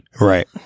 Right